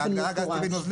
בהגדרה של גז טבעי נוזלי